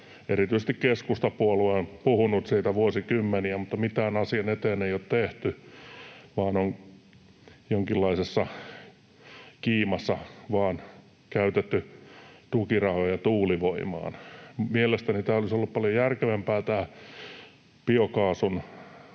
erityisesti keskustapuolue on puhunut siitä vuosikymmeniä, mutta mitään asian eteen ei ole tehty, vaan on jonkinlaisessa kiimassa vain käytetty tukirahoja tuulivoimaan. Mielestäni olisi